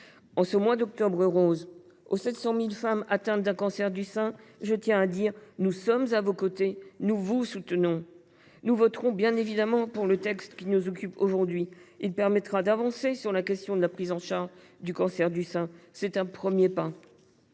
En ce mois d’Octobre rose, je tiens à dire aux 700 000 femmes atteintes d’un cancer du sein : nous sommes à vos côtés, nous vous soutenons ! Nous voterons bien évidemment pour le texte dont nous sommes saisis aujourd’hui. Cela permettra d’avancer sur la question de la prise en charge du cancer du sein. C’est un premier pas.